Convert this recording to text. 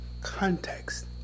Context